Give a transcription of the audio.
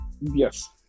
yes